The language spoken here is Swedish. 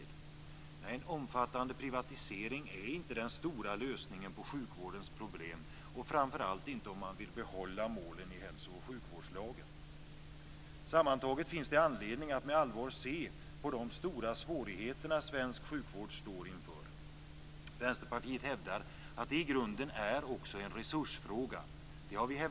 Nej, en omfattande privatisering är inte den stora lösningen på sjukvårdens problem, framför allt inte om man vill behålla målen i hälso och sjukvårdslagen. Sammantaget finns det anledning att med allvar se på de stora svårigheter som svensk sjukvård står inför. Vänsterpartiet hävdar och har länge hävdat att det i grunden är också en resursfråga.